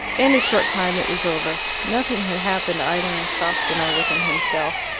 in a short time it was over. nothing had happened either in sawston or within himself.